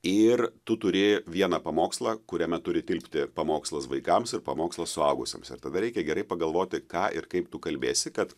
ir tu turi vieną pamokslą kuriame turi tilpti pamokslas vaikams ir pamokslas suaugusiems ir tada reikia gerai pagalvoti ką ir kaip tu kalbėsi kad